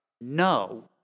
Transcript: No